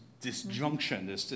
disjunction